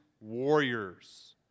warriors